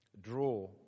Draw